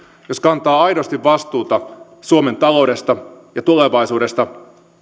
jos kantaa aidosti vastuuta suomen taloudesta ja tulevaisuudesta